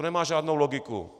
To nemá žádnou logiku.